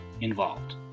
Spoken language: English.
involved